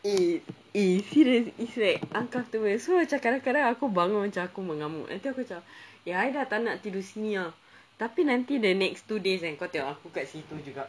eh eh serious it's like uncomfortable so macam kadang-kadang aku bangun macam aku mengamuk nanti aku macam eh I dah tak nak tidur sini ah tapi nanti the next two days kan kau tengok aku kat situ juga